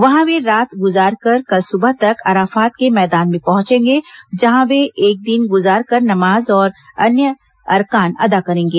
वहां वे रात गुजार कर कल सूबह तक अराफात के मैदान में पहचेंगे जहां वे एक दिन गुजार कर नमाज और अन्य अरकान अदा करेंगे